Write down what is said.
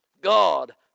God